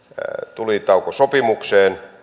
tulitaukosopimukseen